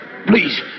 Please